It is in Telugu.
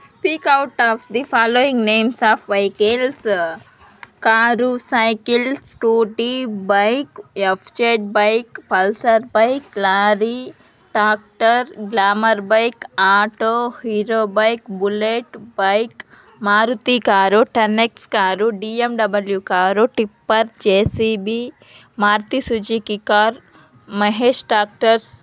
speak out of the following names of vehicles car cycle Scooty bike F Z bike Pulsar bike lorry tractor Glamour bike auto Hero bike Bullet bike Maruti car tanex car D M W car tipper J C B Maruti Suzuki car Mahesh టాక్టర్స్